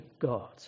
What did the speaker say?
God